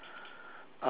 I'll make